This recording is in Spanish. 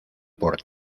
por